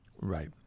Right